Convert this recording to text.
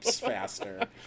faster